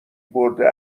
برده